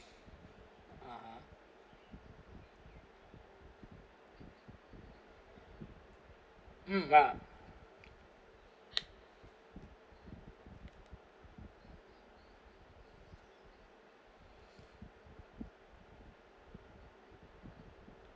ah mm ah